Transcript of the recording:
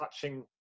touching